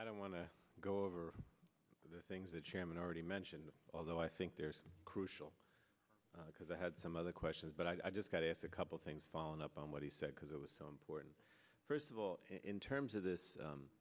i don't want to go over the things that chairman already mentioned although i think there's a crucial because i had some other questions but i just got asked a couple things following up on what he said because it was so important first of all in terms of this